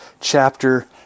chapter